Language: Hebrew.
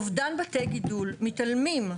אובדן בתי גידול מתעלמים.